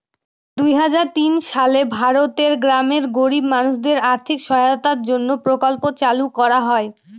দুই হাজার তিন সালে ভারতের গ্রামের গরিব মানুষদের আর্থিক সহায়তার জন্য প্রকল্প চালু করা হয়